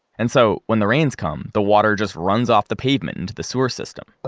and so, when the rains come, the water just runs off the pavement into the sewer system,